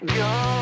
go